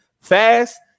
fast